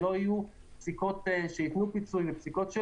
שלא יהיו פסיקות שיחייבו פיצוי ופסיקות שלא.